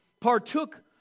partook